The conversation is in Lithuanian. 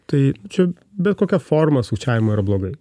tai čia bet kokia forma sukčiavimo yra blogai